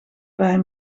bij